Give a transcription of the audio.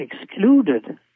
excluded